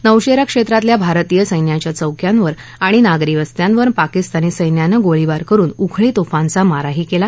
नौशेरा क्षेत्रातल्या भारतीय सस्विध्या चौक्यांवर आणि नागरी वस्त्यांवर पाकिस्तानी सस्विनं गोळीबार करुन उखळी तोफांचा माराही केला